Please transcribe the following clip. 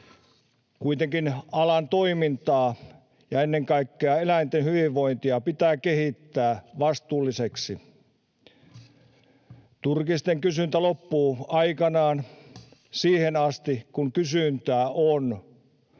Kuitenkin alan toimintaa ja ennen kaikkea eläinten hyvinvointia pitää kehittää vastuulliseksi. Turkisten kysyntä loppuu aikanaan. Siihen asti, kun kysyntää on, on